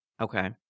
Okay